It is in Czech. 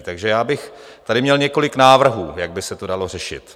Takže já bych tady měl několik návrhů, jak by se to dalo řešit.